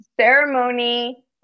ceremony